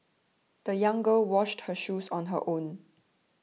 the young girl washed her shoes on her own